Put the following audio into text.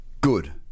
good